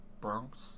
Bronx